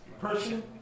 person